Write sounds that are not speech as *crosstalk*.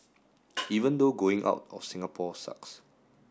*noise* even though going out of Singapore sucks